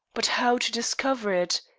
but how to discover it?